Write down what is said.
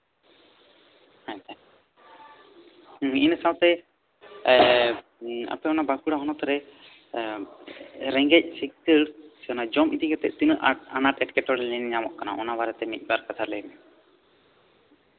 ᱟᱪᱪᱷᱟ ᱤᱱᱟᱹ ᱥᱟᱶᱛᱮ ᱟᱯᱮ ᱚᱱᱟ ᱵᱟᱸᱠᱩᱲᱟ ᱦᱚᱱᱚᱛᱨᱮ ᱨᱮᱸᱜᱮᱪ ᱥᱤᱠᱠᱷᱟᱹᱨ ᱡᱚᱢ ᱤᱫᱤ ᱠᱟᱛᱮᱜ ᱛᱤᱱᱟᱹᱜ ᱟᱱᱟᱴ ᱮᱴᱠᱮᱴᱚᱲᱮ ᱧᱟᱢᱚᱜ ᱠᱟᱱᱟ ᱚᱱᱟ ᱵᱟᱨᱮᱛᱮ ᱢᱤᱫᱵᱟᱨ ᱠᱟᱛᱷᱟ ᱞᱟᱹᱭᱢᱮ